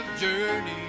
journey